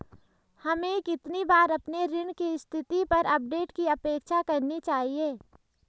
हमें कितनी बार अपने ऋण की स्थिति पर अपडेट की अपेक्षा करनी चाहिए?